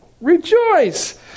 rejoice